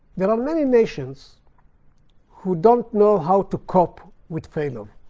there are many nations who don't know how to cope with failure.